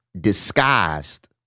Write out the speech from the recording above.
disguised